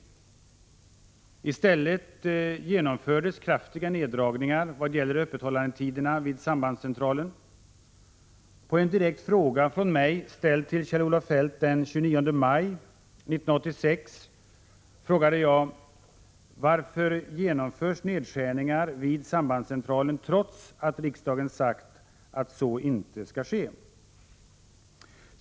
I stället genomfördes kraftiga neddragningar av öppethållandetiderna vid sambands centralen. Den 29 maj ställde jag till Kjell-Olof Feldt den direkta frågan: — Prot. 1986/87:127 sagt att så inte skall ske?